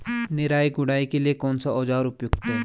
निराई गुड़ाई के लिए कौन सा औज़ार उपयुक्त है?